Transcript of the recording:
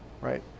right